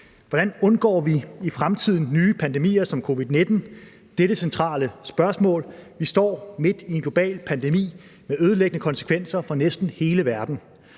Hvordan undgår vi i fremtiden nye pandemier som covid-19? Det er det centrale spørgsmål. Vi står midt i en global pandemi med ødelæggende konsekvenser for næsten hele verden.